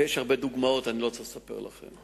יש הרבה דוגמאות, אני לא צריך לספר לכם.